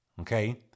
okay